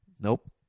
Nope